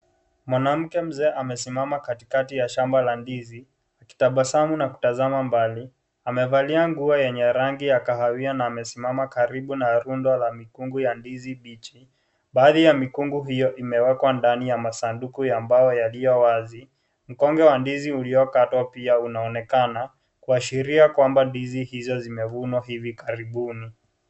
Mwanamke mzee amesimama katikati ya shamba la ndizi, akitabasamu na kutazama mbali. Amevalia nguo yenye rangi ya kahawia na amesimama karibu na rundo la mkungu wa ndizi mbichi. Baadhi ya mikungu hiyo, imewekwa ndani ya masanduku ambayo yaliyowazi. Mkungu wa ndizi uliyokatwa pia unaonekana kuashiria kwamba, ndizi hizo zimevunwa hivi karibuni.